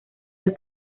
del